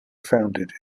founded